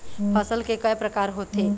फसल के कय प्रकार होथे?